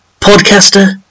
podcaster